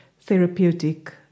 therapeutic